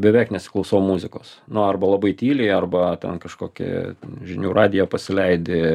beveik nesiklausau muzikos nu arba labai tyliai arba ten kažkokį žinių radiją pasileidi